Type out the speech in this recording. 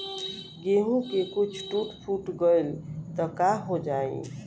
केहू के कुछ टूट फुट गईल त काहो जाई